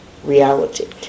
reality